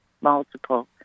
multiple